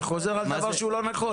אתה חוזר על דבר לא נכון.